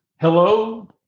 Hello